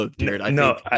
No